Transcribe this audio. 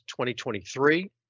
2023